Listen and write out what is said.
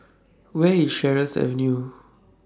Where IS Sheares Avenue